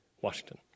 Washington